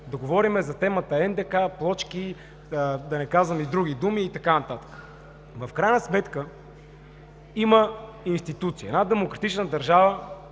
да говорим за темата НДК, плочки, да не казвам други думи и така нататък. В крайна сметка има институции. Една демократична държава